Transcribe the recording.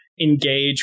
engage